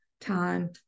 time